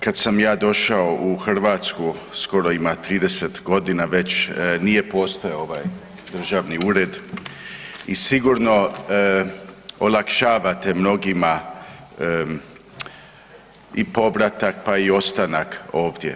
Kad sam ja došao u Hrvatsku skoro ima 30 godina već nije postojao ovaj državni ured i sigurno olakšavate mnogima i povratak pa i ostanak ovdje.